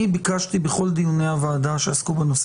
ביקשתי בכל דיוני הוועדה שעסקו בנושא